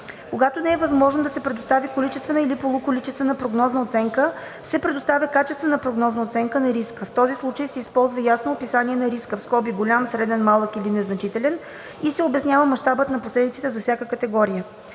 Когато не е възможно да се предостави количествена или полуколичествена прогнозна оценка, се предоставя качествена прогнозна оценка на риска. В този случай се използва ясно описание на риска („голям“, „среден“, „малък“ или „незначителен“) и се обяснява мащабът на последиците за всяка категория.